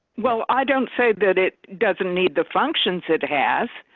well i don't say that it doesn't need the functions. it has